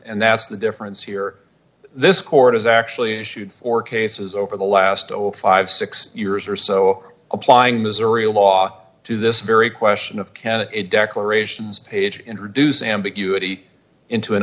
and that's the difference here this court has actually issued four cases over the last fifty six years or so applying missouri law to this very question of candidate declarations page introduce ambiguity into an